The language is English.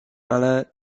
alain